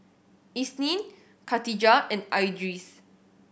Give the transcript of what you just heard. Isnin Katijah and Idris